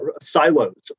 silos